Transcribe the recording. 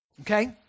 Okay